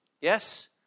Yes